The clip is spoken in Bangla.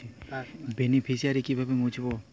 বেনিফিসিয়ারি কিভাবে মুছব?